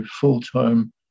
full-time